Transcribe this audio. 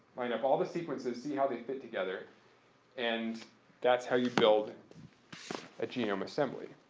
line up all the sequence and see how they fit together and that's how you build a genome assembly.